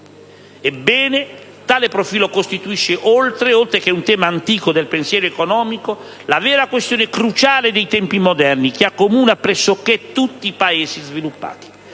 Ebbene, tale profilo costituisce oggi, oltre che un tema antico del pensiero economico, la vera questione cruciale dei tempi moderni, che accomuna pressoché tutti i Paesi sviluppati.